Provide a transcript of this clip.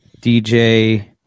DJ